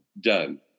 done